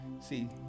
See